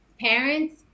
parents